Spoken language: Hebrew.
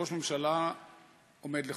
שראש ממשלה עומד לחקירה.